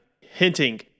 hinting